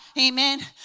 amen